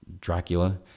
dracula